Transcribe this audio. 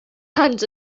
hands